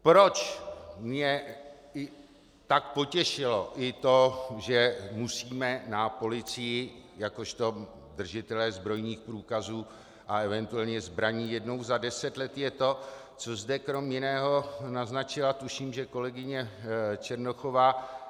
Proč mě tak potěšilo, že musíme na policii jakožto držitelé zbrojních průkazů a eventuálně zbraní jednou za deset let, je to, co zde krom jiného naznačila, tuším, kolegyně Černochová.